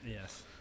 Yes